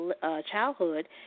childhood